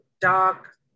dark